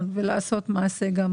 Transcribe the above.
לעשות מעשה.